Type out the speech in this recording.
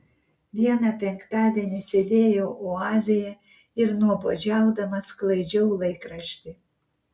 vieną penktadienį sėdėjau oazėje ir nuobodžiaudama sklaidžiau laikraštį